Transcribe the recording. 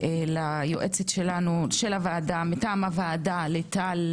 וליועצת הוועדה מטעם הוועדה לטל